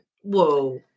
Whoa